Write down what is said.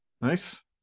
Nice